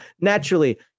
naturally